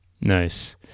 nice